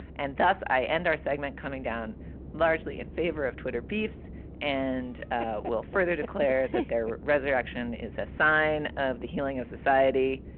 and thus i end our segment coming down largely in favor of twitter beefs and ah will further declare their resurrection is a sign of the healing of society